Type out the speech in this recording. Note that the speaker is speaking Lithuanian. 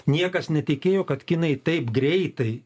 niekas netikėjo kad kinai taip greitai